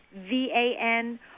V-A-N